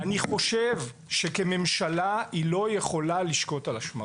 אני חושב שכממשלה היא לא יכולה לשקוט על השמרים.